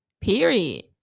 Period